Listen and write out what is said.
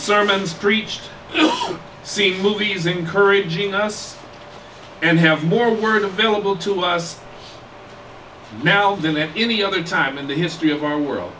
sermons preached see movies encouraging us and have more word available to us now than at any other time in the history of our world